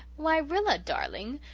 why, rilla, darling,